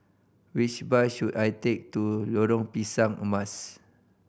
which bus should I take to Lorong Pisang Emas